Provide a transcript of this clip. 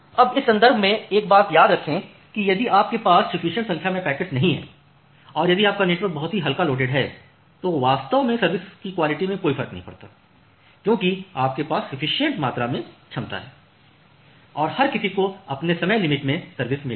अब इस संदर्भ में एक बात याद रखें कि यदि आपके पास सफ्फीसिएंट संख्या में पैकेट्स नहीं हैं और यदि आपका नेटवर्क बहुत ही हल्का लोडेड है तो वास्तव में सर्विस की क्वालिटी में कोई फर्क नहीं पड़ता क्योंकि आपके पास सफ्फीसिएंट मात्रा में क्षमता है और हर किसी को अपने समय लिमिट में सर्विस मिलेगी